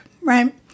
right